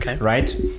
right